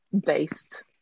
based